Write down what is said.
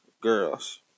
girls